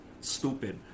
stupid